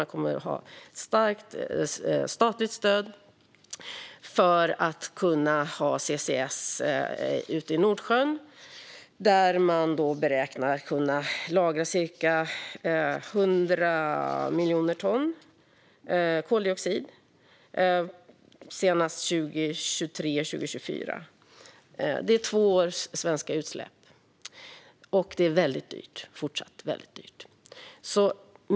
De kommer att ha starkt statligt stöd för att ha CCS ute i Nordsjön, där de räknar med att kunna lagra ca 100 miljoner ton koldioxid senast 2023 eller 2024. Det är två års svenska utsläpp, och det är fortfarande väldigt dyrt.